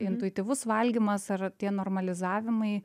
intuityvus valgymas ar tie normalizavimai